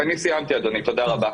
תודה רבה.